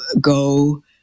go